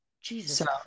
Jesus